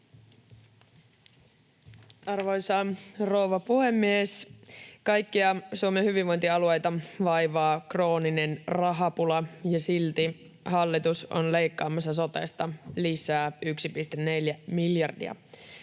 Arvoisa rouva puhemies! Kaikkia Suomen hyvinvointialueita vaivaa krooninen rahapula, ja silti hallitus on leikkaamassa sotesta lisää 1,4 miljardia.